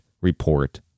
report